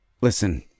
Listen